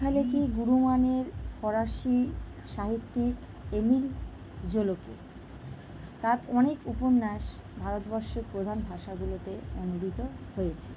লেখালেখি গুরুমানের ফরাসি সাহিত্যিক এমিল জেলোকি তার অনেক উপন্যাস ভারতবর্ষে প্রধান ভাষাগুলোতে অনুদিত হয়েছে